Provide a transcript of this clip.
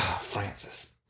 Francis